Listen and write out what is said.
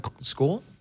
school